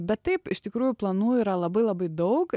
bet taip iš tikrųjų planų yra labai labai daug